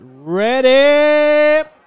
Ready